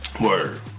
Word